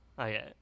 Okay